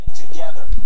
together